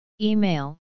Email